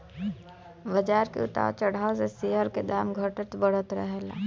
बाजार के उतार चढ़ाव से शेयर के दाम घटत बढ़त रहेला